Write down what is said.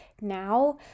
now